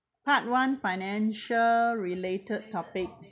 part one financial-related topic